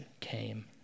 came